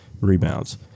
rebounds